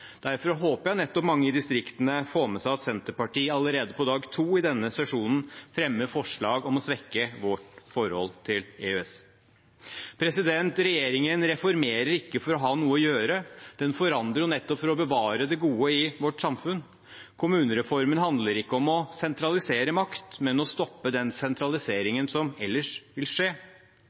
Derfor håper jeg at nettopp mange i distriktene får med seg at Senterpartiet allerede på dag to i denne sesjonen fremmer forslag om å svekke vårt forhold til EØS. Regjeringen reformerer ikke for å ha noe å gjøre. Den forandrer nettopp for å bevare det gode i vårt samfunn. Kommunereformen handler ikke om å sentralisere makt, men om å stoppe den sentraliseringen som ellers vil skje.